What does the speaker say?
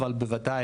ובוודאי